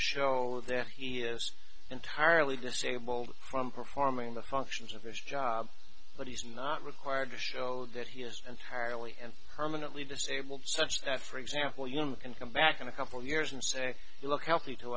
show that he is entirely disabled from performing the functions of his job but he's not required to show that he is entirely and permanently disabled such that for example you can come back in a couple years and say you look healthy to